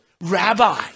Rabbi